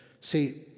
See